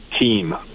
team